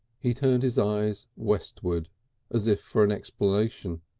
he turned his eyes westward as if for an explanation,